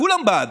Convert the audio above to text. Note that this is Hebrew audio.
כולם בעד,